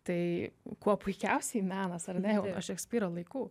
tai kuo puikiausiai menas ar ne nuo šekspyro laikų